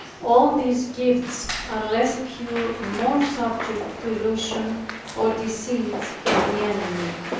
all these gifts are less pure, and more subject to illusion or deceits from the enemy.